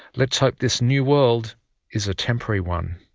let's hope this new world is a temporary one.